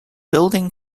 building